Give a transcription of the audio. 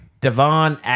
Devon